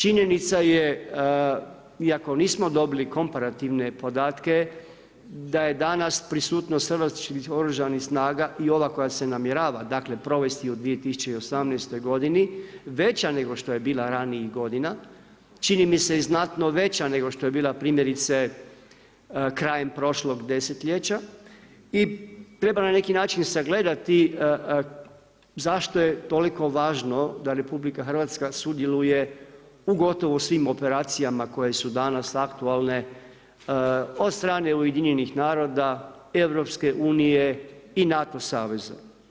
Činjenica je iako nismo dobili komparativne podatke da je danas prisutnost Hrvatskih oružanih snaga i ova koja se namjerava provesti u 2018. godini veća nego što je bila ranijih godina, čini mi se i znatno veća nego što je bila primjerice krajem prošlog desetljeća i treba na neki način sagledati zašto je toliko važno da RH sudjeluje u gotovo svim operacijama koje su danas aktualne od strane UN-a, EU i NATO saveza.